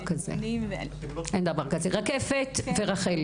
30. 30 ועוד 80